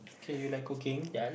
K you like cooking